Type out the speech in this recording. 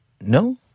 No